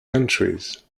countries